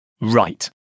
Right